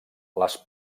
les